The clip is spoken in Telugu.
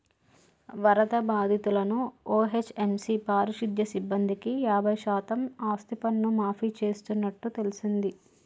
వరద బాధితులను ఓ.హెచ్.ఎం.సి పారిశుద్య సిబ్బందికి యాబై శాతం ఆస్తిపన్ను మాఫీ చేస్తున్నట్టు తెల్సింది